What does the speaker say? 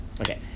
Okay